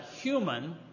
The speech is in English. human